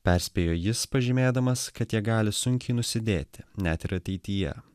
perspėjo jis pažymėdamas kad jie gali sunkiai nusidėti net ir ateityje